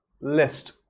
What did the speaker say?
list